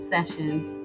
Sessions